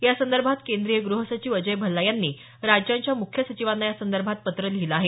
यासंदर्भात केंद्रीय गृह सचिव अजय भल्ला यांनी राज्यांच्या मुख्य सचिवांना यासंदर्भात पत्र लिहिलं आहे